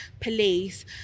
police